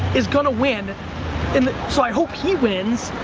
is gonna win in the, so, i hope he wins,